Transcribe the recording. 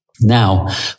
Now